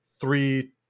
three